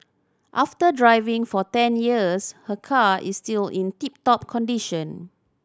after driving for ten years her car is still in tip top condition